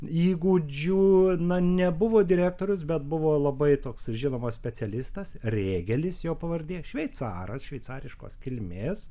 įgūdžių na nebuvo direktorius bet buvo labai toks žinomas specialistas rėgelis jo pavardė šveicaras šveicariškos kilmės